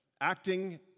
acting